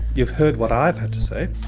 you have heard what i have had to say.